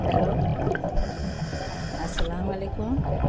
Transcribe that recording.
hello السّلام علیکم